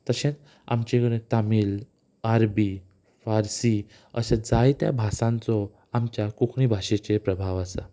तशेंच आमचे कडेन तामिल आरबी फारसी अशे जायत्या भासांचो आमच्या कोंकणी भाशेचे प्रभाव आसा